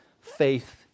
faith